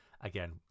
again